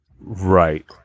Right